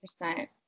percent